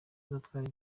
uzatwara